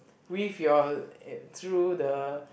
weave your eh through the